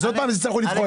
שוב יצטרכו לבחור.